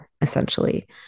essentially